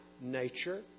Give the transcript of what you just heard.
nature